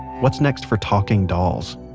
what's next for talking dolls?